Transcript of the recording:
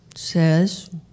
Says